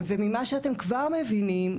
ממה שאתם כבר מבינים,